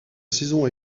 saison